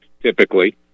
typically